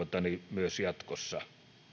myös jatkossa